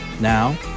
Now